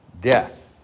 death